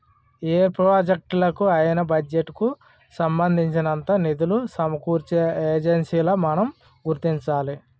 ఏ ప్రాజెక్టులకు అయినా బడ్జెట్ కు సంబంధించినంత నిధులు సమకూర్చే ఏజెన్సీలను మనం గుర్తించాలి